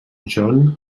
john